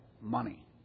money